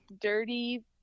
dirty